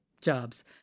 jobs